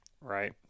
Right